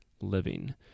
living